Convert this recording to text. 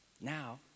now